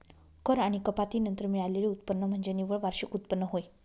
कर आणि कपाती नंतर मिळालेले उत्पन्न म्हणजे निव्वळ वार्षिक उत्पन्न होय